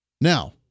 Now